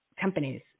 companies